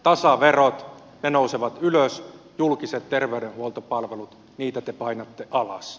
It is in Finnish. tasaverot nousevat ylös julkisia terveydenhuoltopalveluja te painatte alas